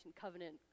covenant